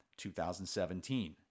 2017